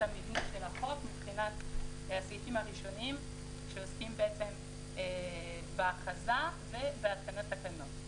המבנה של החוק בסעיפים הראשונים שעוסקים בהכרזה ובהתקנת תקנות.